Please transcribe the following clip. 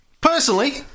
personally